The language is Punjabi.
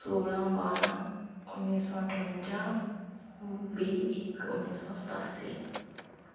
ਸੌਲ੍ਹਾਂ ਬਾਰ੍ਹਾਂ ਉੱਨੀ ਸੌ ਅਠਵੰਜਾ ਵੀਹ ਇੱਕ ਉੱਨੀ ਸੌ ਸਤਾਸੀ